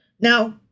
Now